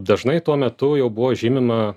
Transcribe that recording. dažnai tuo metu jau buvo žymima